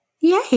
Yay